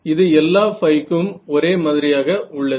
இது எல்லாம் ϕ கும் ஒரே மாதிரியாக உள்ளது